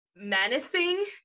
menacing